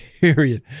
period